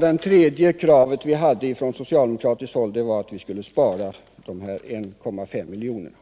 Det tredje kravet från oss var att man skulle spara 1,5 miljoner